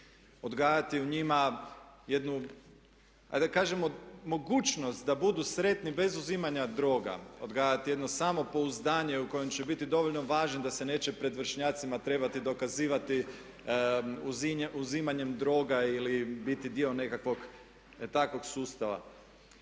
odgajati u njima jednu ajde da kažemo mogućnost da budu sretni bez uzimanja droga, odgajati jedno samopouzdanje u kojem će biti dovoljno važni da se neće pred vršnjacima trebati dokazivati uzimanjem droga ili biti dio nekakvog takvog